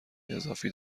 اضافی